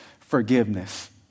forgiveness